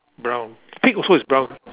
brown pig also is brown